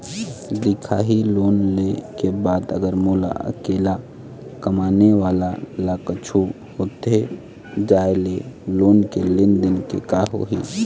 दिखाही लोन ले के बाद अगर मोला अकेला कमाने वाला ला कुछू होथे जाय ले लोन के लेनदेन के का होही?